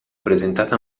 presentata